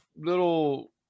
little